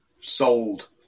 Sold